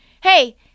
Hey